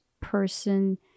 person